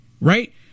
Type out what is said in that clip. Right